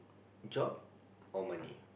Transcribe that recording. job or money